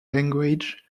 language